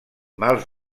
mals